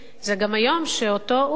זה גם היום שאותו או"ם,